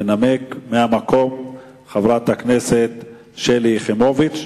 תנמק מהמקום חברת הכנסת שלי יחימוביץ.